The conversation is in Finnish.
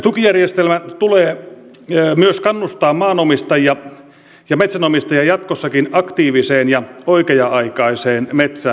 tukijärjestelmän tulee myös kannustaa maanomistajia ja metsänomistajia jatkossakin aktiiviseen ja oikea aikaiseen metsänhoitoon